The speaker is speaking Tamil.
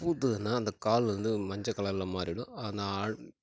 பூத்ததுன்னா அந்த கால் வந்து மஞ்சள் கலர்ல மாறிடும் அந்த ஆடு